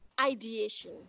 ideation